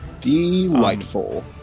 Delightful